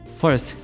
First